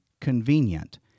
convenient